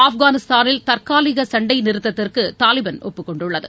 ஆப்கானிஸ்தானில் தற்காலிகசண்டைநிறுத்தத்திற்குதாலிபான் ஒப்புகொண்டுள்ளது